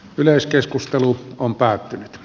yleiskeskustelu on päättynyt